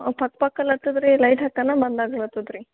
ಹಾಂ ಪಕ್ಕ ಪಕ್ಕಲ್ಲಿ ಹತ್ತದೆ ರೀ ಲೈಟ್ ಹತ್ತಲ್ಲ ಬಂದಾಗ ರೀ